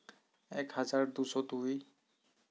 ᱮᱠ ᱦᱟᱡᱟᱨ ᱫᱩ ᱥᱚ ᱫᱩᱭ